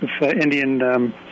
Indian